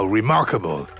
remarkable